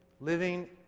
living